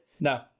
No